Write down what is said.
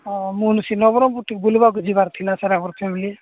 ହ ମୁଁ ସେ ନବରଙ୍ଗପୁର ବୁଲିବାକୁ ଯିବାର ଥିଲା ସାର୍ ଆମର ଫ୍ୟାମିଲି